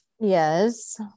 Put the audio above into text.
Yes